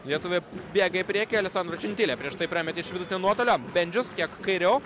lietuviai bėga į priekį alesandro čintinė prieš tai prametė iš vidutinio nuotolio bendžius kiek kairiau